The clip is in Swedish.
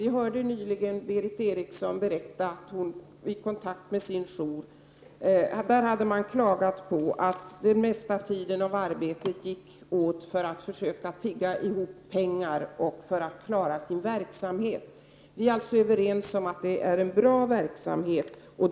Vi hörde nyligen Berith Eriksson berätta att man i hennes jour hade klagat på att den mesta tiden gick åt till att försöka tigga ihop pengar för att klara verksamheten. Vi är alltså överens om att det är en bra verksamhet.